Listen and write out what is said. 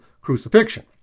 crucifixion